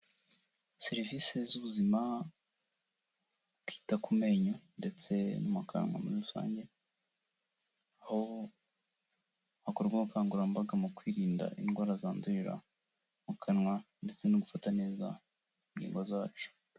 Serivise z'ubuzima bwita ku menyo ndetse no mu kanwa muri rusange, aho hakorwa ubukangurambaga mu kwirinda indwara zandurira mu kanwa ndetse no gufata neza ingingo zacu.